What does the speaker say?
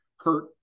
hurt